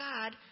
God